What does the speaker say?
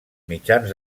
mitjans